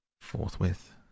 Forthwith